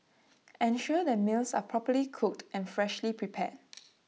ensure that meals are properly cooked and freshly prepared